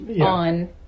on